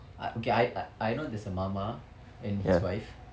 I okay I I know there's a மாமா:mama and his wife